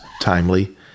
timely